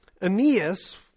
Aeneas